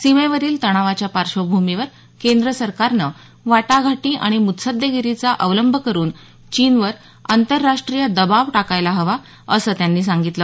सीमेवरील तणावाच्या पार्श्वभूमीवर केंद्र सरकारनं वाटाघाटी आणि मृत्सद्देगीरीचा अवलंब करून चीनवर आंतरराष्टीय दबाव टाकायला हवा असं त्यांनी सांगितलं